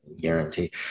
guarantee